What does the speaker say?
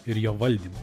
ir jo valdymo